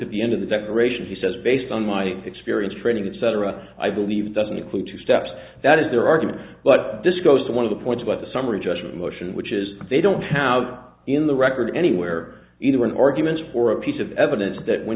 at the end of the declaration he says based on my experience training etc i believe doesn't include two steps that is their argument but this goes to one of the points about the summary judgment motion which is they don't have in the record anywhere either an argument for a piece of evidence that when